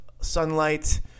sunlight